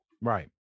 right